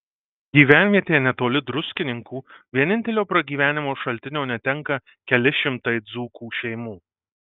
gyvenvietėje netoli druskininkų vienintelio pragyvenimo šaltinio netenka keli šimtai dzūkų šeimų